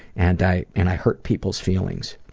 and i and i hurt people's feelings.